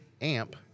amp